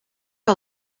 que